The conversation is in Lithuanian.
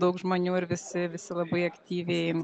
daug žmonių ir visi visi labai aktyviai